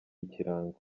ikirango